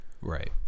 Right